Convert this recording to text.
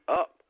up